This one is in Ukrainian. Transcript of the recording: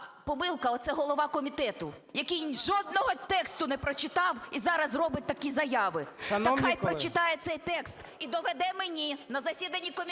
помилка – оце голова комітету, який жодного тексту не прочитав і зараз робить такі заяви. Так хай прочитає цей текст і доведе мені на засіданні комітету,